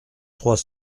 trois